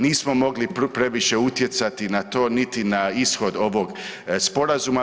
Nismo mogli previše utjecati na to, niti na ishod ovog sporazuma.